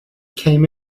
came